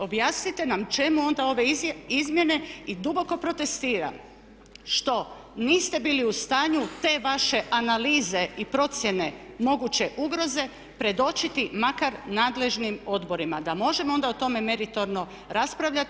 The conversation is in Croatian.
Objasnite nam čemu onda ove izmjene i duboko protestiram što niste bili u stanju te vaše analize i procjene moguće ugroze predočiti makar nadležnim odborima, da možemo onda o tome meritorno raspravljati.